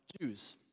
jews